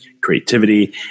creativity